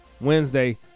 Wednesday